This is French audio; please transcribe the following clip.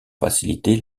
faciliter